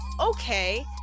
okay